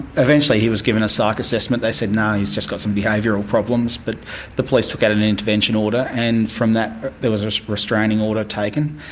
eventually he was given a psych assessment, they said no, he's just got some behavioural problems, but the police took out an intervention order, and from that there was a restraining order taken.